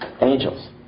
Angels